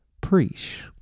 preach